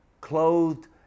clothed